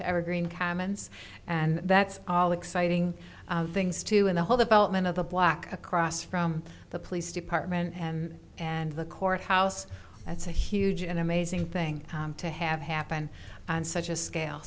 to evergreen commons and that's all exciting things too and the whole development of the black across from the police department and and the courthouse that's a huge an amazing thing to have happen on such a scale